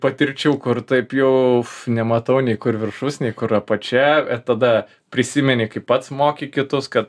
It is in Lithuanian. patirčių kur taip jau nematau nei kur viršus nei kur apačia tada prisimeni kaip pats mokei kitus kad